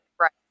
Right